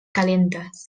calentes